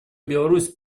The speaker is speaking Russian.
беларусь